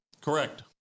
Correct